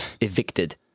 evicted